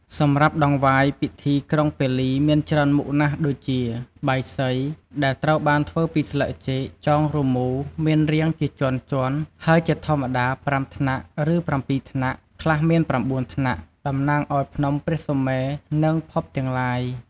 សម្រាប់តង្វាយពិធីក្រុងពាលីមានច្រើនមុខណាស់ដូចជា បាយសី ដែលត្រូវបានធ្វើពីស្លឹកចេកចងរមូរ មានរាងជាជាន់ៗ ហើយជាធម្មតា ៥ ថ្នាក់ ឬ ៧ ថ្នាក់ ខ្លះមាន ៩ ថ្នាក់ តំណាងឲ្យភ្នំព្រះសុមេរុ និងភពទាំងឡាយ។